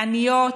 עניות,